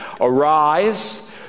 Arise